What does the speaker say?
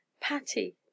Patty